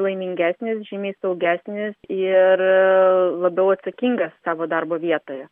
laimingesnis žymiai saugesnis ir labiau atsakingas savo darbo vietoje